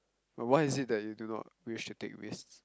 but why is it that you do not wish to take risk